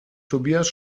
tobias